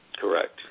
Correct